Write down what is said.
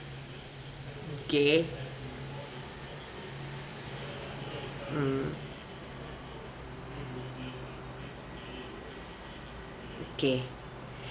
okay mm okay